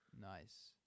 Nice